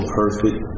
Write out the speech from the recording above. perfect